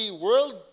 world